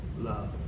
love